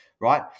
right